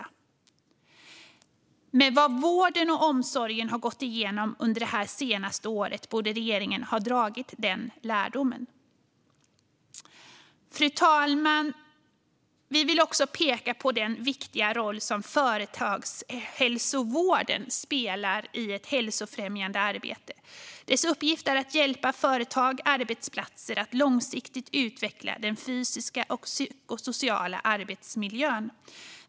Med tanke på vad vården och omsorgen har gått igenom under det senaste året borde regeringen ha dragit den lärdomen. Fru talman! Vi vill också peka på den viktiga roll som företagshälsovården spelar i ett hälsofrämjande arbete. Dess uppgift är att hjälpa företag och arbetsplatser att långsiktigt utveckla den fysiska och psykosociala arbetsmiljön.